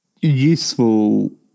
useful